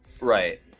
Right